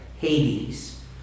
Hades